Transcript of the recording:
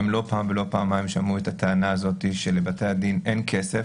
לא פעם ולא פעמיים שמעו את הטענה שלבתי הדין אין כסף